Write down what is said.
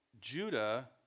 Judah